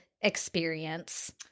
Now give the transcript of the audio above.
experience